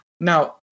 Now